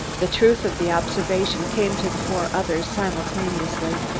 the truth of the observation came to the four others simultaneously.